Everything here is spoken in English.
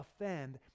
offend